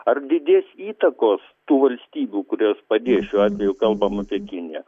ar didės įtakos tų valstybių kurios padės šiuo atveju kalbam apie kiniją